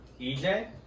EJ